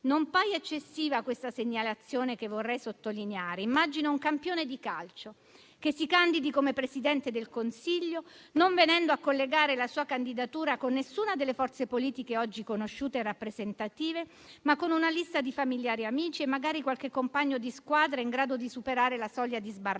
Non paia eccessiva questa segnalazione che vorrei sottolineare. Immagino un campione di calcio che si candidi come Presidente del Consiglio, venendo a collegare la sua candidatura non con le forze politiche oggi conosciute e rappresentative, ma con una lista di familiari ed amici e magari qualche compagno di squadra, in grado di superare la soglia di sbarramento,